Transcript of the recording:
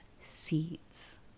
seeds